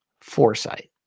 foresight